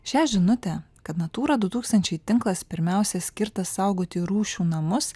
šią žinutę kad natūrą du tūkstančiai tinklas pirmiausia skirtas saugoti rūšių namus